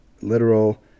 literal